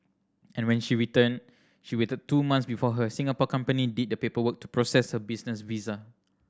and when she returned she waited two months before her Singapore company did the paperwork to process her business visa